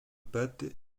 pattes